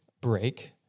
break